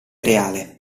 reale